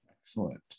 Excellent